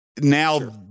now